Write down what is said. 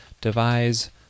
devise